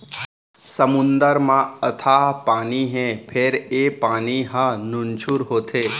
समुद्दर म अथाह पानी हे फेर ए पानी ह नुनझुर होथे